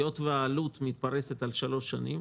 היות והעלות מתפרסת על פני שלוש שנים,